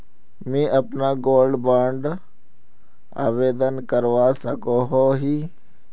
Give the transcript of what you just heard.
मुई अपना gold bond आवेदन करवा सकोहो ही?